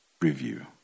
review